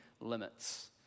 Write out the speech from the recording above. limits